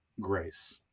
grace